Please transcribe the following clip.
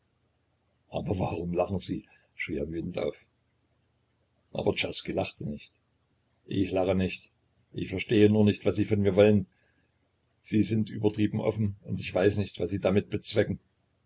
aber warum lachen sie schrie er wütend auf aber czerski lachte nicht ich lache nicht ich verstehe nur nicht was sie von mir wollen sie sind übertrieben offen und ich weiß nicht was sie damit bezwecken